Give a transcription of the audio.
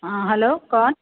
ہاں ہلو کون